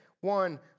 one